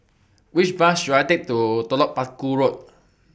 Which Bus should I Take to Telok Paku Road